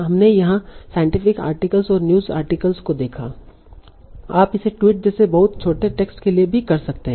हमने यहा scientific articles और न्यूज़ आर्टिकल्स को देखा आप इसे ट्वीट जैसे बहुत छोटे टेक्स्ट के लिए भी कर सकते हैं